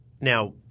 Now